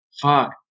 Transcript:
Fuck